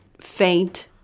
faint